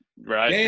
right